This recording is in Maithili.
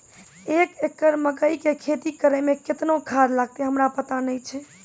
एक एकरऽ मकई के खेती करै मे केतना खाद लागतै हमरा पता नैय छै?